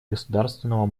государственного